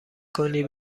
کنی